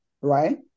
right